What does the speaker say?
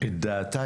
את דעתה,